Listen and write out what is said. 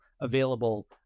available